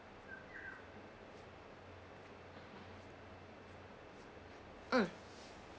mm